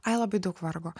ai labai daug vargo